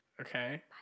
Okay